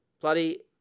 bloody